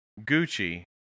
Gucci